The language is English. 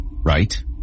Right